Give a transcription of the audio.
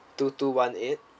two two one eight